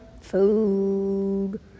food